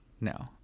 No